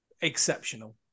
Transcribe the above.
exceptional